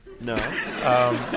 No